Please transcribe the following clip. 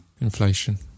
Inflation